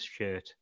shirt